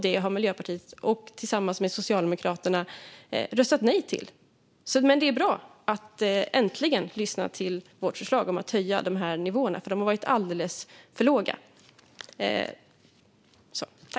Det har Miljöpartiet tillsammans med Socialdemokraterna röstat nej till. Men det är bra att ni äntligen lyssnar till vårt förslag om att höja nivåerna. De har varit alldeles för låga.